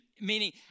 meaning